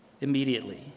Immediately